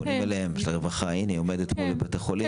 פונים אליהם מהרווחה, מבתי חולים.